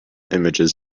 images